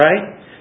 right